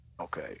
okay